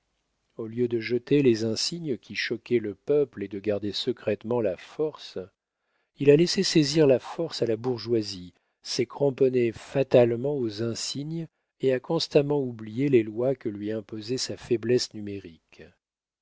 au lieu de jeter les insignes qui choquaient le peuple et de garder secrètement la force il a laissé saisir la force à la bourgeoisie s'est cramponné fatalement aux insignes et a constamment oublié les lois que lui imposait sa faiblesse numérique